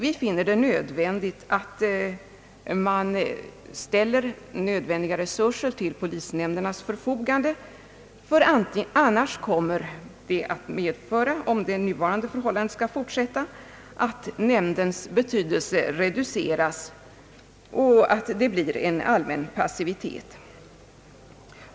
Vi finner det nödvändigt att man ställer erforderliga resurser till polisnämndernas förfogande, ty om det nuvarande förhållandet skall fortsätta kommer nämndens betydelse att reduceras, och det blir en allmän passivitet.